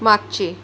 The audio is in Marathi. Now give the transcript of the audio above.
मागचे